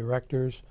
directors